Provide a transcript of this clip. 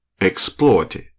exploited